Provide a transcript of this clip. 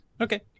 Okay